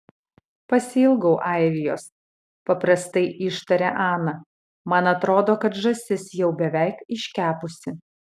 pasiilgau airijos paprastai ištarė ana man atrodo kad žąsis jau beveik iškepusi